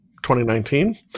2019